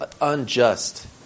unjust